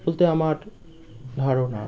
বলতে আমার ধারণা